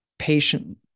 patient